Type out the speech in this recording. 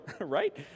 right